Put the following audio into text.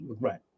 Right